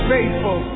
Faithful